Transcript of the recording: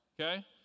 okay